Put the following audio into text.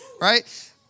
right